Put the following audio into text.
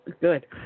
Good